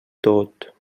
tot